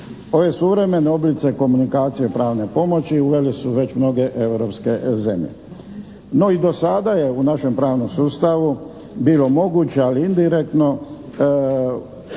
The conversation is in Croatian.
… suvremeni oblici komunikacije pravne pomoći uvele su već mnoge europske zemlje. No i do sada je u našem pravnom sustavu bilo moguće, ali indirektno